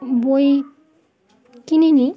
বই কিনে নিই